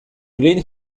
glenn